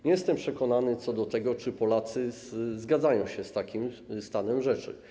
Nie jestem przekonany co do tego, czy Polacy zgadzają się z takim stanem rzeczy.